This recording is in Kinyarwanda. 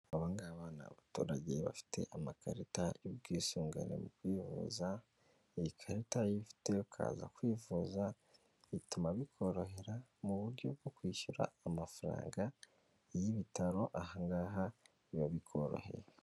Aba ngaba ni abaturage bafite amakarita y'ubwisungane mu kwivuza, iyi karita uyifite ukaza kwivuza bituma bikorohera mu buryo bwo kwishyura amafaranga y'Ibitaro, aha ngaha biba bikoroheye.